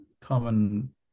common